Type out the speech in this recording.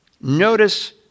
Notice